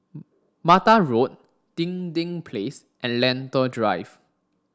Mattar Road Dinding Place and Lentor Drive